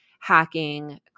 hacking